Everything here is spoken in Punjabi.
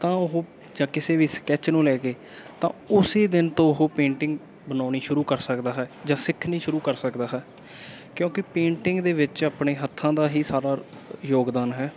ਤਾਂ ਉਹ ਜਾਂ ਕਿਸੇ ਵੀ ਸਕੈਚ ਨੂੰ ਲੈ ਕੇ ਤਾਂ ਉਸ ਦਿਨ ਤੋਂ ਉਹ ਪੇਂਟਿੰਗ ਬਣਾਉਣੀ ਸ਼ੁਰੂ ਕਰ ਸਕਦਾ ਹੈ ਜਾਂ ਸਿੱਖਣੀ ਸ਼ੁਰੂ ਕਰ ਸਕਦਾ ਹੈ ਕਿਉਂਕਿ ਪੇਂਟਿੰਗ ਦੇ ਵਿੱਚ ਆਪਣੇ ਹੱਥਾਂ ਦਾ ਹੀ ਸਾਰਾ ਯੋਗਦਾਨ ਹੈ